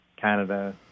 Canada